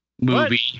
movie